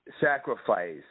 sacrifice